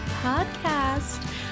Podcast